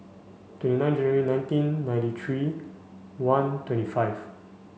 twenty nine January nineteen ninety three one twenty five